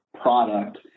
product